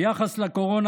ביחס לקורונה,